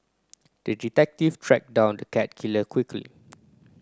the detective tracked down the cat killer quickly